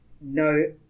no